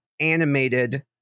animated